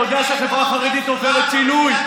שאתה יודע שהחברה החרדית עוברת שינוי,